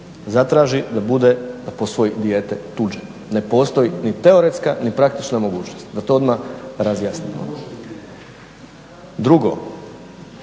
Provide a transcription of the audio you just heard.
zatraži da bude, da posvoji dijete tuđe, ne postoji ni teoretska ni praktična mogućnost, da to odmah razjasnimo. Drugo,